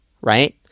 Right